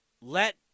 let